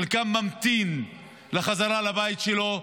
חלקם ממתין לחזרה לבית שלו,